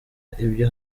ibyo